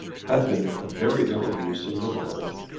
had been of very little use in the world,